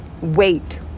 wait